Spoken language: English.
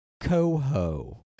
Coho